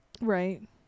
Right